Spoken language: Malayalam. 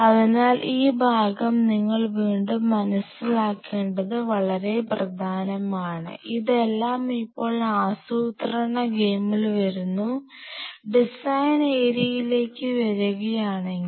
അതിനാൽ ഈ ഭാഗം നിങ്ങൾ വീണ്ടും മനസിലാക്കേണ്ടത് വളരെ പ്രധാനമാണ് ഇതെല്ലാം ഇപ്പോൾ ആസൂത്രണ ഗെയിമിൽ വരുന്നു ഡിസൈൻ ഏരിയയിലേക്ക് വരികയാണെങ്കിൽ